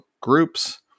groups